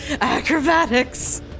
Acrobatics